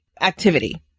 activity